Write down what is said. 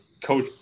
coach